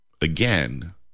Again